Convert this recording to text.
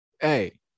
hey